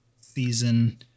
season